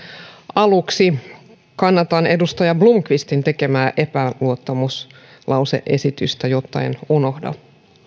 aluksi kannatan edustaja blomqvistin tekemää epäluottamuslause esitystä jotta en unohda